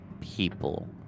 people